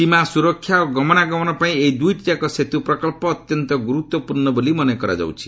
ସୀମା ସୁରକ୍ଷା ଓ ଗମନାଗମନ ପାଇଁ ଏହି ଦୁଇଟିଯାକ ସେତୁ ପ୍ରକଳ୍ପ ଅତ୍ୟନ୍ତ ଗୁରୁତ୍ୱପୂର୍ଣ୍ଣ ବୋଲି ମନେ କରାଯାଉଛି